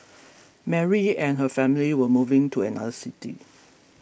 Mary and her family were moving to another city